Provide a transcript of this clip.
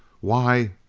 why